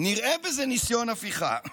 "נראה בזה ניסיון הפיכה".